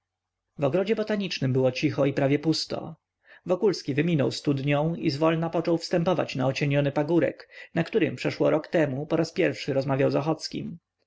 w ogrodzie botanicznym było cicho i prawie pusto wokulski wyminął studnią i zwolna począł wstępować na ocieniony pagórek na którym przeszło rok temu poraz pierwszy rozmawiał z